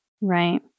Right